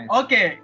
okay